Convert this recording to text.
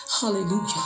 Hallelujah